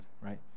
right